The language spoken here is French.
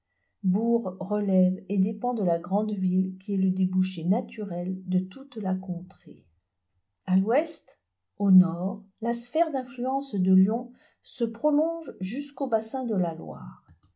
bourg relève et dépend de la grande ville qui est le débouché naturel de toute la contrée a l'ouest au nord la sphère d'influence de lyon se prolonge jusqu'au bassin de la loire